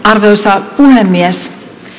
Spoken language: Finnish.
arvoisa puhemies